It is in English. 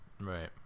Right